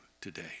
today